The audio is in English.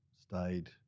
stayed